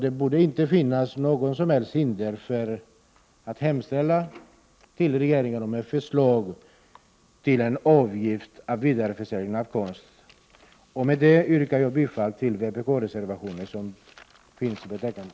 Det borde inte finnas något som helst hinder att hemställa till regeringen om förslag till en avgift för vidareförsäljning av konst. Med detta yrkar jag bifall till den vpk-reservation som finns i betänkandet.